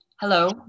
hello